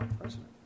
president